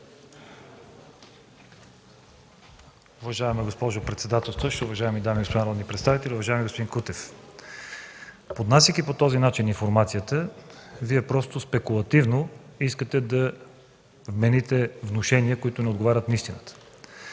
Уважаема госпожо председател, уважаеми дами и господа народни представители! Уважаеми господин Кутев, поднасяйки по този начин информацията, спекулативно искате да направите внушения, които не отговарят на истината.